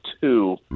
Two